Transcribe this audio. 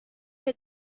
had